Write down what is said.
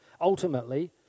ultimately